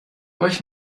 euch